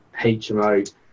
HMO